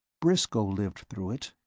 briscoe lived through it.